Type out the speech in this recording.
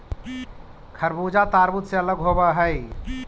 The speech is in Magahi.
खरबूजा तारबुज से अलग होवअ हई